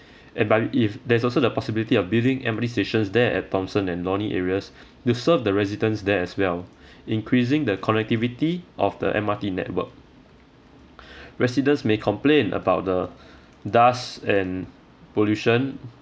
and by if there's also the possibility of building M_R_T stations there at thomson and lornie areas to serve the residents there as well increasing the connectivity of the M_R_T network residents may complain about the dust and pollution